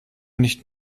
nicht